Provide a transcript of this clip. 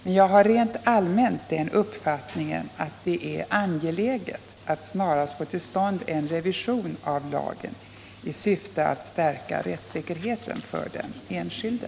Men jag har rent allmänt den uppfattningen att det är angeläget att snarast få till stånd en revision av lagen i syfte att stärka rättssäkerheten för den enskilde.